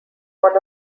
one